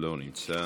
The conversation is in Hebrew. לא נמצא,